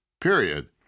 period